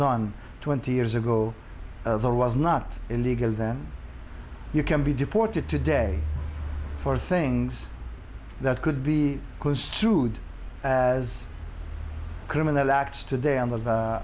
done twenty years ago there was not illegal then you can be deported today for things that could be construed as criminal acts today on the